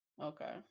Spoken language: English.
Okay